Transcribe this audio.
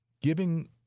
giving